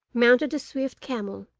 mounted a swift camel,